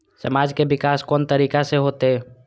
समाज के विकास कोन तरीका से होते?